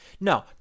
No